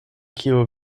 kiu